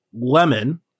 Lemon